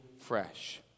fresh